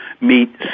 meet